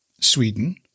Sweden